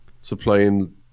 supplying